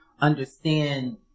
understand